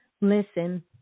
Listen